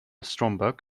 stromberg